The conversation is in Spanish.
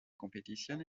competición